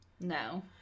No